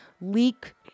leak